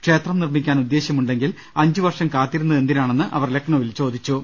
ക്ഷേത്രം നിർമ്മിക്കാൻ ഉദ്ദേശൃമുണ്ടെങ്കിൽ അഞ്ച് വർഷം കാത്തി രുന്നതെന്തിനാണെന്ന് അവർ ലഖ്നൌവിൽ ചോദിച്ചു